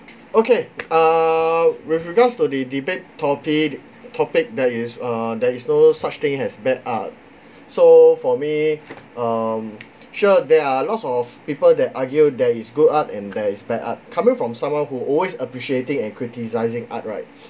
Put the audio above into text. okay err with regards to the debate topic topic there is uh there is no such thing as bad art so for me um sure there are lots of people that argued there is good art and there is bad art coming from someone who always appreciating and criticizing art right